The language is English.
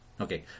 Okay